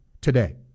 today